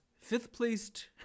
fifth-placed